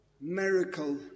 miracle